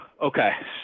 Okay